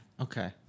Okay